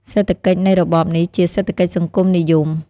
សេដ្ឋកិច្ចនៃរបបនេះជា សេដ្ឋកិច្ចសង្គមនិយម។